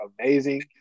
amazing